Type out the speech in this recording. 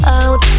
out